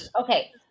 Okay